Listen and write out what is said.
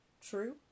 True